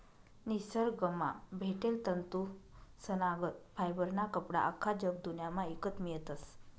निसरगंमा भेटेल तंतूसनागत फायबरना कपडा आख्खा जगदुन्यामा ईकत मियतस